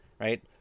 right